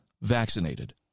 vaccinated